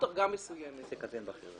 בדרגה מסוימת.